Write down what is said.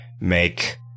make